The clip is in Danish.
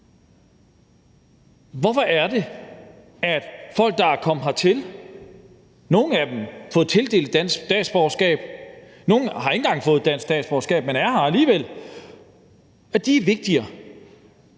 Hvorfor er det, at folk, der er kommet hertil – nogle af dem har fået tildelt dansk statsborgerskab, nogle har ikke engang fået dansk statsborgerskab, men er her alligevel – er vigtigere